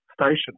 station